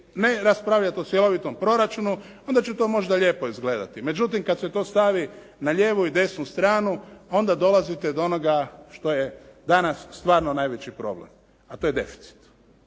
ne raspravljati o cjelovitom proračunu onda će to možda lijepo izgledati. Međutim, kada se to stavi na lijevu i desnu stranu, onda dolazite do onoga što je danas stvarno najveći problem a to je deficit.